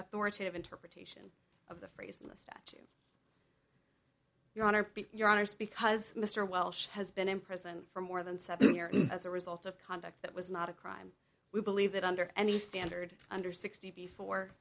authoritative interpretation of the phrase list your honor your honors because mr welsh has been in prison for more than seven years as a result of conduct that was not a crime we believe that under any standard under sixty four